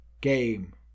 game